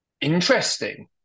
Interesting